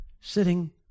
sitting